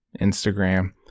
Instagram